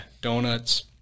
donuts